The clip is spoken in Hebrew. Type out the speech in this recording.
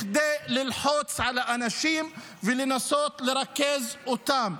כדי ללחוץ על האנשים ולנסות לרכז אותם.